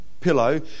pillow